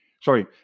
sorry